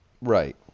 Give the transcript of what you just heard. Right